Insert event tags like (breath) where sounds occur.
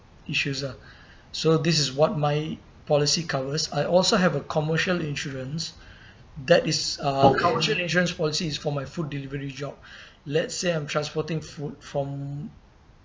issues ah so this is what my policy covers I also have a commercial insurance (breath) that is uh coverage insurance policies for my food delivery job (breath) let say I'm transporting food from